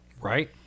right